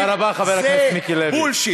תודה רבה לחבר הכנסת מיקי לוי.